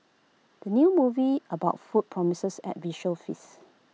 the new movie about food promises A visual feast